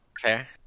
Fair